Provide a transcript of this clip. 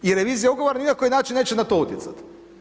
I revizija ugovora ni na koji način neće na to utjecati.